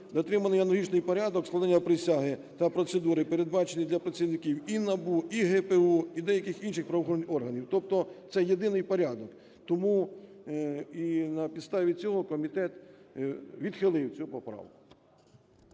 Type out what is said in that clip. дотриманий аналогічний порядок складання присяги та процедури передбачений для працівників і НАБУ, і ГПУ, і деяких інших правоохоронних органів, тобто це єдиний порядок. Тому і на підставі цього комітет відхилив цю поправку.